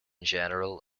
general